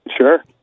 Sure